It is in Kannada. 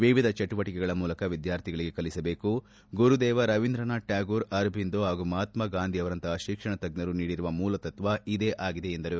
ವಿವಿಧ ಚಟುವಟಿಕೆಗಳ ಮೂಲಕ ವಿದ್ಯಾರ್ಥಿಗಳಿಗೆ ಕಲಿಸಬೇಕು ಗುರುದೇವಾ ರವೀಂದ್ರನಾಥ್ ಟ್ಯಾಗೂರ್ ಅರಬಿಂದೋ ಹಾಗೂ ಮಹಾತ್ನ ಗಾಂಧಿಯವರಂತಹ ಶಿಕ್ಷಣ ತಜ್ಞರು ನೀಡಿರುವ ಮೂಲತತ್ವ ಇದೇ ಆಗಿದೆ ಎಂದರು